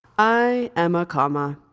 i am a comma.